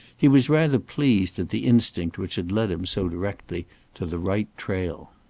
he was rather pleased at the instinct which had led him so directly to the right trail.